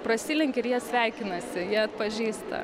prasilenki ir jie sveikinasi jie atpažįsta